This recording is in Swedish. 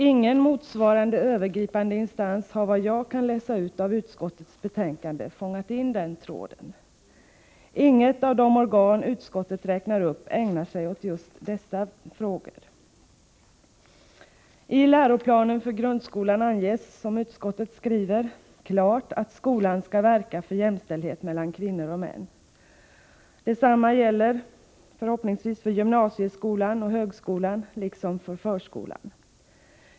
Ingen motsvarande övergripande instans har, såvitt jag kan läsa ut av utskottets betänkande, fångat in den tråden. Inget av de organ utskottet räknar upp ägnar sig åt just dessa viktiga frågor. I läroplanen för grundskolan anges klart, som utskottet skriver, att skolan skall verka för jämställdhet mellan kvinnor och män. Detsamma gäller förhoppningsvis för gymnasieskolan, högskolan och förskolan.